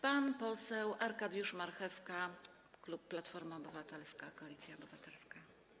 Pan poseł Arkadiusz Marchewka, klub Platforma Obywatelska - Koalicja Obywatelska.